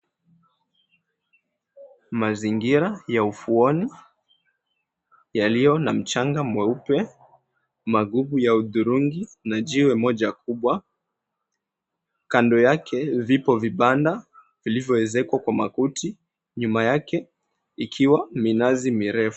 Mazingira ya ufuoni, yaliyo na mchanga mweupe. Magugu ya udhurungi na jiwe moja kubwa. Kando yake vipo vibanda vilivoezekwa kwa makuti. Nyuma yake ikiwa minazi mirefu.